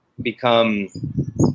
become